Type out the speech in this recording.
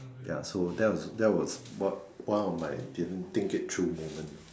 ya so that that was one one of my didn't think it through moment ah